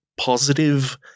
positive